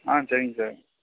ஆ சரிங்க சார்